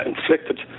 inflicted